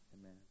Amen